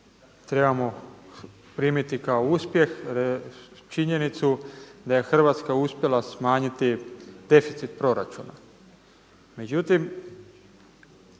trebamo primiti kao uspjeh činjenicu da je Hrvatska uspjela smanjiti deficit proračuna.